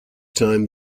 time